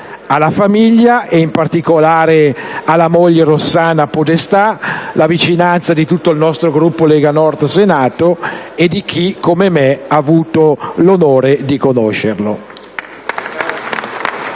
Alla famiglia, in particolare alla moglie Rossana Podestà, la vicinanza di tutto il Gruppo Lega Nord del Senato e di chi come me ha avuto l'onore di conoscerlo.